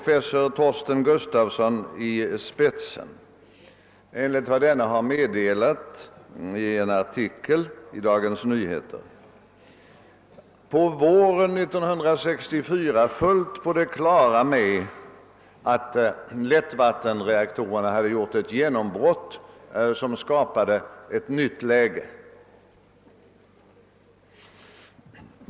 fessor Torsten Gustafson i spetsen var — enligt vad denne har meddelat i en artikel i Dagens Nyheter — på våren 1964 fullt på det klara med att lättvattenreaktortekniken hade gjort ett genombrott som skapade ett nytt läge.